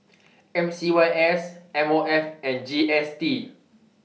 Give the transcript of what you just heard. MCYS MOF and GST